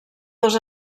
dos